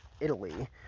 Italy